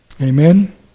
Amen